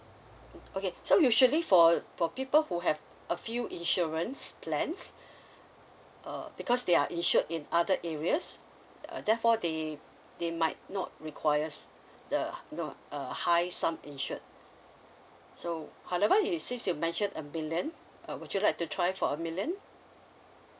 mm okay so usually for for people who have a few insurance plans uh because they are insured in other areas uh therefore they they might not require the you know uh high sum insured so however since you mentioned a million uh would you like to try for a million